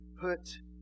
Put